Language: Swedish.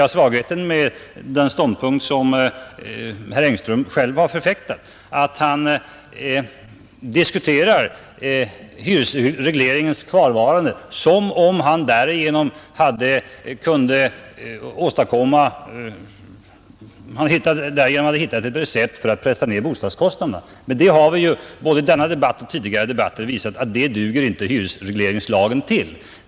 Svagheten med den mening som herr Engström själv har förfäktat är ju just att han diskuterar hyresregleringens kvarvarande som om han därigenom hade hittat ett recept för att pressa ned bostadskostnaderna. Men både i denna debatt i och tidigare debatter har vi ju visat att det duger inte hyresregleringslagen till.